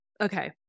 Okay